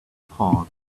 park